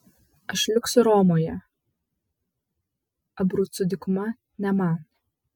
aš liksiu romoje abrucų dykuma ne man